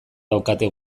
daukate